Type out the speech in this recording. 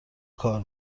کار